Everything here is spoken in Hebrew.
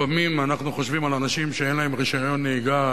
לפעמים אנחנו חושבים על אנשים שאין להם רשיון נהיגה,